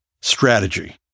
strategy